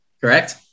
Correct